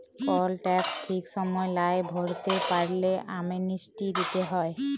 call tax ঠিক সময় লায় ভরতে পারল্যে, অ্যামনেস্টি দিতে হ্যয়